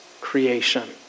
creation